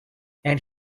and